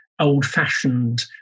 old-fashioned